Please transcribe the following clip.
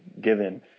given